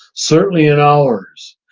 certainly in ours.